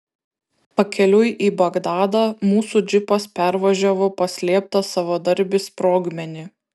pakeliui į bagdadą mūsų džipas pervažiavo paslėptą savadarbį sprogmenį